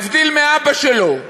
להבדיל מאבא שלו,